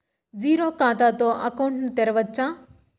Zero ఖాతా తో account ను తెరవచ్చా?